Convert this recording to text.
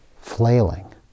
flailing